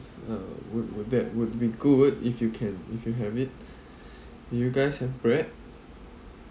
uh would would that would be good if you can if you have it you guys have bread